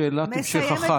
שאלת המשך אחת.